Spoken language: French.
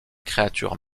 créatures